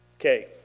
Okay